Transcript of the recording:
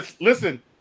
listen